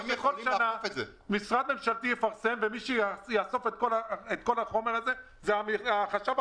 שנתקדם ושמישהו ישים לב שהכלכלה הזו מבוססת